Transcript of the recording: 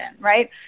Right